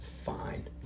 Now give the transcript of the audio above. fine